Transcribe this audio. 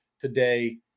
today